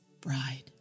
bride